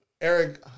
Eric